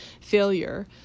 failure